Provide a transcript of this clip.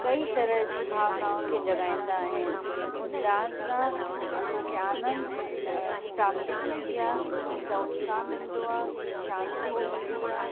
कई तरह जी भावनाऊनि खे जॻाईंदा आहिनि उन डांस सां असांखे आनंद जी प्राप्ति थींदी आहे उनसां उत्साह मिलंदो आहे शांति मिलंदी आहे